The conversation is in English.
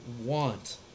want